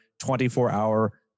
24-hour